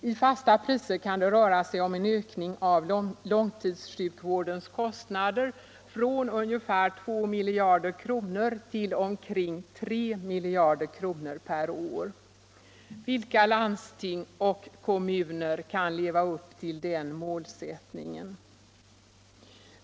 I fasta priser kan det röra sig om en ökning av långtidssjukvårdens kostnader från ungefär 2 miljarder kronor till omkrig 3 miljarder kronor per år. Vilka landsting och kommuner kan leva upp till den målsättningen?